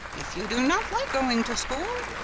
if you do not like going to school,